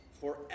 forever